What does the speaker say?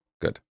Good